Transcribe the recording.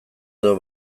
edo